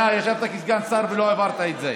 לפני פחות משנה ישבת כסגן שר ולא העברת את זה,